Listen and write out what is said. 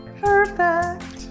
Perfect